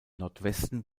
nordwesten